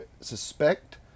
suspect